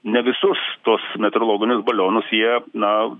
ne visus tuos meteorologinius balionus jie na